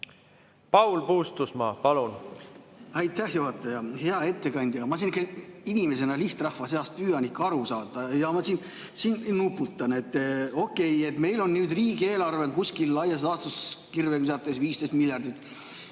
Paul Puustusmaa, palun! Aitäh, juhataja! Hea ettekandja! Ma siin inimesena lihtrahva seast püüan ikka aru saada ja ma siin nuputan. Okei, meil on nüüd riigieelarve kuskil laias laastus, kirvega visates, 15 miljardit.